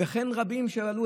וכן רבים שעלו.